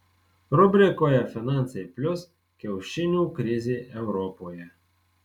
rubrikoje finansai plius kiaušinių krizė europoje